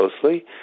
closely